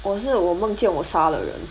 我是我梦见我杀了人